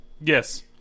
Yes